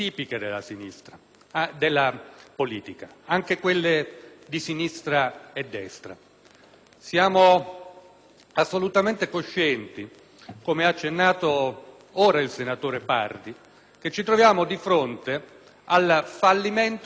assolutamente coscienti, come ha accennato ora il senatore Pardi, che ci troviamo di fronte al fallimento dei modelli che su questo tema hanno segnato il secolo che abbiamo alle spalle.